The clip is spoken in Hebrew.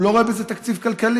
הוא לא רואה בזה תקציב כלכלי.